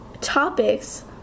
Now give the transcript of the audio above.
topics